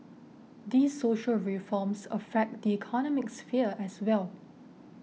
these social reforms affect the economic sphere as well